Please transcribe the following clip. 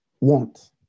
want